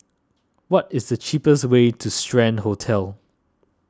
what is the cheapest way to Strand Hotel